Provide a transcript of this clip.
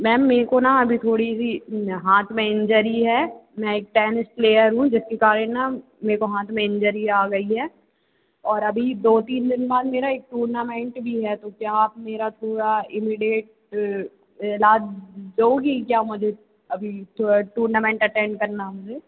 ma'am मेरे को ना अभी थोड़ी सी हाथ में इंजरी है मैं एक टैनिस प्लेयर हूँ जिसके कारण ना मेरे को हाथ में इंजरी आ गई है और अभी दो तीन दिन बाद मेरा एक टूर्नामेंट भी है तो क्या आप मेरा पूरा इमीडिएट इलाज दोगी क्या मुझे अभी थोड़ा टूर्नामेंट अटेंड करना है मुझे